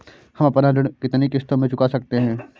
हम अपना ऋण कितनी किश्तों में चुका सकते हैं?